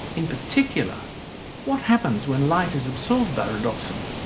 in particular what happens when light is absorbed by rhodopsin?